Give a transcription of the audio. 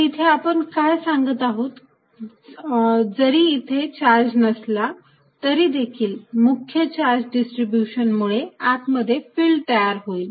तर इथे आपण काय सांगत आहोत जरी तिथे चार्ज नसला तरी येथील मुख्य चार्ज डिस्ट्रीब्यूशन मुळे आतमध्ये फिल्ड तयार होईल